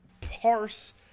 parse